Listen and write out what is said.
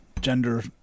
gender